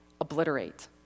Obliterate